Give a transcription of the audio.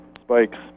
spikes